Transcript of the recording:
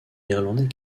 irlandais